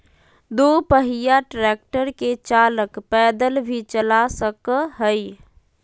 दू पहिया ट्रेक्टर के चालक पैदल भी चला सक हई